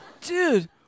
Dude